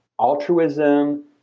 altruism